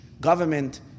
government